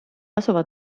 asuva